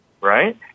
right